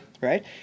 Right